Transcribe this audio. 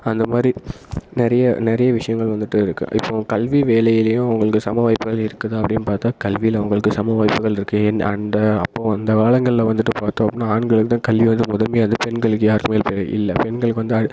அந்த மாதிரி நிறைய நிறைய விஷயங்கள் வந்துவிட்டு இருக்கு இப்போ கல்வி வேலையிலையும் அவங்களுக்கு சம வாய்ப்புகள் இருக்குதா அப்படின்னு பார்த்தா கல்வியில அவங்களுக்கு சம வாய்ப்புகள் இருக்கு என் அண்டு அப்போ அந்த காலங்களில் வந்துவிட்டு பார்த்தோம் அப்படின்னா ஆண்களுக்கு தான் கல்வி வந்து முதன்மையாக இருந்தது பெண்களுக்கு யாருக்குமே இல்லை பெண்களுக்கு வந்து